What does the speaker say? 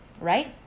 right